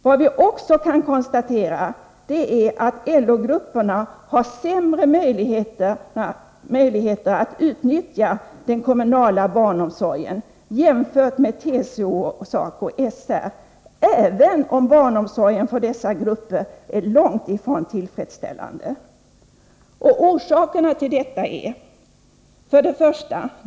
Vad vi också kan konstatera är att LO-grupperna har sämre möjligheter att utnyttja den kommunala barnomsorgen jämfört med TCO och SACO/SR, även om barnomsorgen för dessa grupper är långt ifrån tillfredsställande. Orsakerna till detta är: 1.